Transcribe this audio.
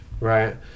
right